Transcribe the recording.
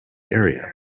area